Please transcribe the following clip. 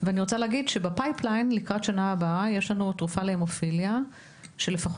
בצנרת לקראת שנה הבאה יש לנו תרופה להמופיליה שלפי